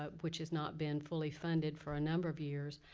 ah which has not been fully funded for a number of years,